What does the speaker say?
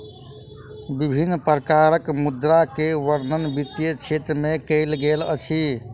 विभिन्न प्रकारक मुद्रा के वर्णन वित्तीय क्षेत्र में कयल गेल अछि